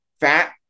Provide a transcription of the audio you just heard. fat